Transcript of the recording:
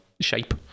shape